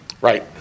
Right